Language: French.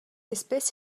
espèce